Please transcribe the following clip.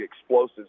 explosives